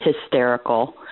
hysterical